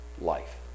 life